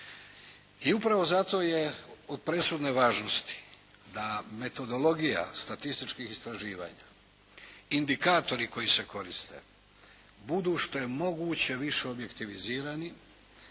I upravo zato je od presudne važnosti da metodologija statističkih istraživanja, indikatori koji se koriste budu što je moguće više objektivizirani,